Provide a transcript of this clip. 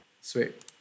Sweet